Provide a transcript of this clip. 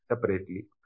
separately